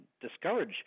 discourage